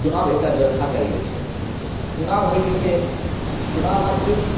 चुनाव एकटा व्यवस्था कयल गेल छै चुनाव होइ की छै चुनावमे ई